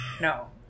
No